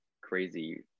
crazy